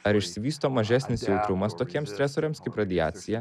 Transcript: ar išsivysto mažesnis jautrumas tokiems stresoriams kaip radiacija